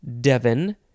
Devon